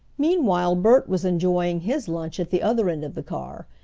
meanwhile bert was enjoying his lunch at the other end of the car,